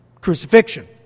crucifixion